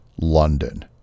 London